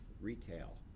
retail